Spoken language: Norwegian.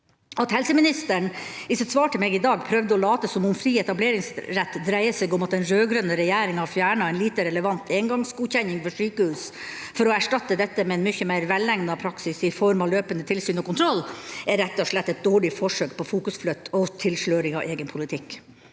At helseministeren i sitt svar til meg i dag prøvde å late som om fri etableringsrett dreier seg om at den rødgrønne regjeringa fjernet en lite relevant engangsgodkjenning for sykehus, for å erstatte dette med en mye mer velegnet praksis i form av løpende tilsyn og kontroll, er rett og slett et dårlig forsøk på fokusflytt og tilsløring av egen politikk.